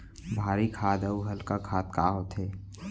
भारी खाद अऊ हल्का खाद का होथे?